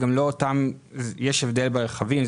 יש הבדל ברכבים.